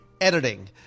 editing